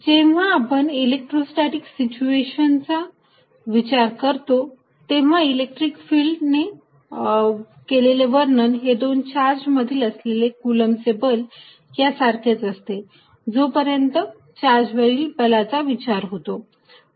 जेव्हा आपण इलेक्ट्रोस्टॅटीक सिच्युएशनचा विचार करतो तेव्हा इलेक्ट्रिक फिल्ड ने केलेले वर्णन हे दोन चार्ज मधील असलेले कूलम्बचे बल या सारखेच असते जोपर्यंत चार्जवरील बलाचा विचार होतो